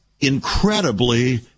incredibly